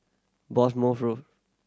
Bournemouth Road